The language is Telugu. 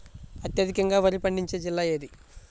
అత్యధికంగా వరి పండించే జిల్లా ఏది?